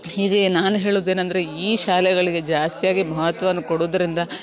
ಇದೆ ನಾನು ಹೇಳೋದೇನಂದರೆ ಈ ಶಾಲೆಗಳಿಗೆ ಜಾಸ್ತಿಯಾಗಿ ಮಹತ್ವವನ್ನು ಕೊಡೋದ್ರಿಂದ